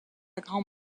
grand